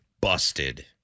Busted